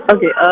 Okay